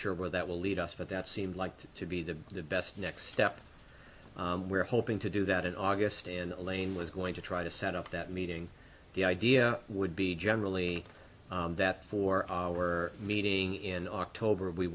sure where that will lead us but that seems like to be the best next step and we're hoping to do that in august and elaine was going to try to set up that meeting the idea would be generally that for our meeting in october we